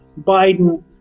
Biden